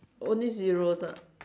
only zeroes ah